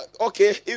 Okay